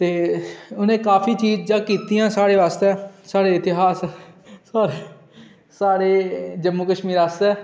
ते उन्नै काफी चीजां कीतियां साढ़े आस्तै साढ़े इतिहास साढ़े जम्मू कशमीर आस्तै